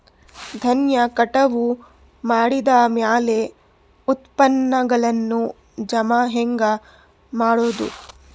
ಧಾನ್ಯ ಕಟಾವು ಮಾಡಿದ ಮ್ಯಾಲೆ ಉತ್ಪನ್ನಗಳನ್ನು ಜಮಾ ಹೆಂಗ ಮಾಡೋದು?